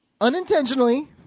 unintentionally